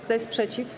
Kto jest przeciw?